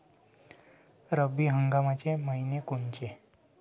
रब्बी हंगामाचे मइने कोनचे?